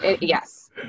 Yes